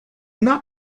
not